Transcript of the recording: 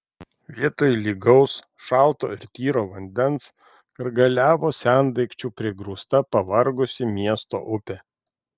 vietoj lygaus šalto ir tyro vandens gargaliavo sendaikčių prigrūsta pavargusi miesto upė